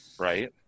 Right